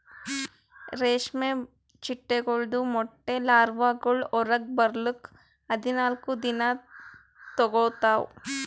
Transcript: ರೇಷ್ಮೆ ಚಿಟ್ಟೆಗೊಳ್ದು ಮೊಟ್ಟೆ ಲಾರ್ವಾಗೊಳ್ ಹೊರಗ್ ಬರ್ಲುಕ್ ಹದಿನಾಲ್ಕು ದಿನ ತೋಗೋತಾವ್